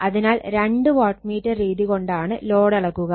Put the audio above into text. അതിനാൽ രണ്ട് watt meter രീതി കൊണ്ടാണ് ലോഡ് അളക്കുക